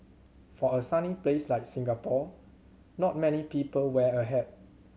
for a sunny place like Singapore not many people wear a hat